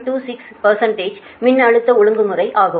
26 மின்னழுத்த ஒழுங்குமுறை ஆகும்